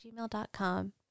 gmail.com